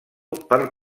per